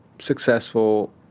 successful